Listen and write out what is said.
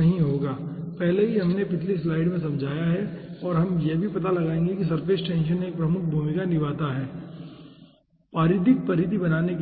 नहीं होगा पहले ही हमने पिछली स्लाइड में समझाया है और हम यह भी पता लगाएंगे कि सरफेस टेंशन एक प्रमुख भूमिका निभाता है परिधिक परिधि बनाने के लिए